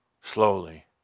slowly